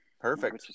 Perfect